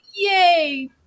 Yay